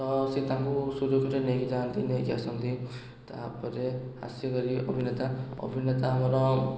ତ ସେ ତାଙ୍କୁ ନେଇକି ଯାଆନ୍ତି ନେଇକି ଆସନ୍ତି ତା'ପରେ ଅଭିନେତା ଅଭିନେତା ଆମର